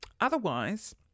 Otherwise